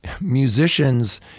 musicians